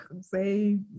say